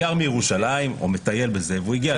שנוריד את זה?